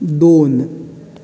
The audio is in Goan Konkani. दोन